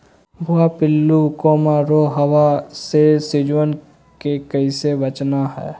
भुवा पिल्लु, रोमहवा से सिजुवन के कैसे बचाना है?